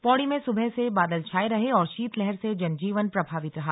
पौड़ी में सुबह से बादल छाए रहे और शीतलहर से जनजीवन प्रभावित रहा